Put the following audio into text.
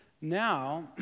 Now